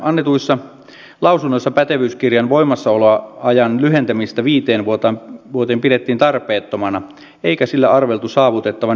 esityksestä annetuissa lausunnoissa pätevyyskirjan voimassaoloajan lyhentämistä viiteen vuoteen pidettiin tarpeettomana eikä sillä arveltu saavutettavan esitettyjä hyötyjä